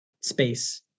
space